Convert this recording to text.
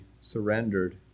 surrendered